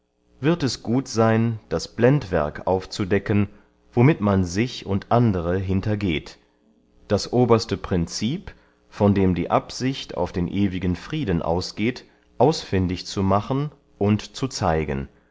wird es gut seyn das blendwerk aufzudecken womit man sich und andere hintergeht das oberste princip von dem die absicht auf den ewigen frieden ausgeht ausfindig zu machen und zu zeigen